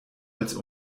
als